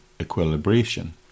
equilibration